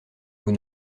vous